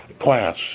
class